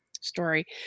story